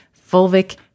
fulvic